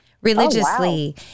religiously